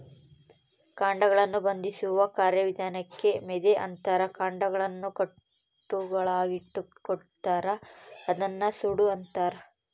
ಕಾಂಡಗಳನ್ನು ಬಂಧಿಸುವ ಕಾರ್ಯವಿಧಾನಕ್ಕೆ ಮೆದೆ ಅಂತಾರ ಕಾಂಡಗಳನ್ನು ಕಟ್ಟುಗಳಾಗಿಕಟ್ಟುತಾರ ಅದನ್ನ ಸೂಡು ಅಂತಾರ